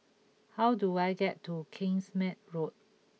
how do I get to Kingsmead Road